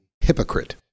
hypocrite